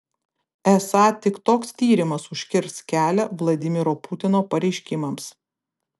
esą tik toks tyrimas užkirs kelią vladimiro putino pareiškimams